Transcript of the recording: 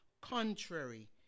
contrary